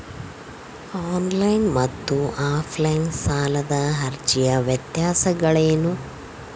On line ಮತ್ತು offline ಸಾಲದ ಅರ್ಜಿಯ ವ್ಯತ್ಯಾಸಗಳೇನು?